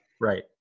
Right